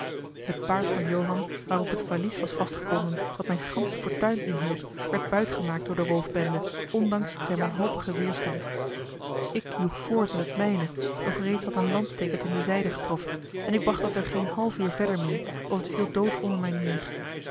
het paard van johan waarop het valies was vastgebonden dat mijn gansche fortuin inhield werd buit gemaakt door de roofbende ondanks zijn wanhopigen weêrstand ik joeg voort met het mijne doch reeds had een lanssteek het in de zijde getroffen en ik bracht het er geen half uur verder meê of het viel dood onder mij neêr